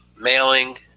mailing